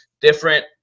different